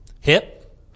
Hip